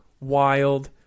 wild